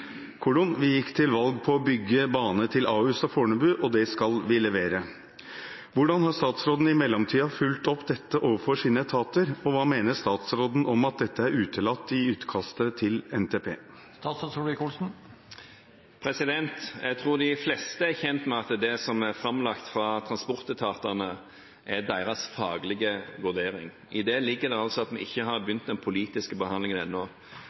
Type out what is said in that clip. Hvordan har statsråden i mellomtida fulgt opp dette overfor sine etater, og hva mener statsråden om at dette er utelatt i utkastet til NTP?» Jeg tror de fleste er kjent med at det som er framlagt fra transportetatene, er deres faglige vurdering. I det ligger det at vi ikke har begynt den politiske behandlingen ennå.